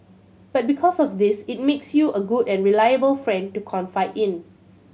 but because of this it makes you a good and reliable friend to confide in